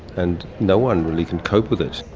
and no one really can cope with it.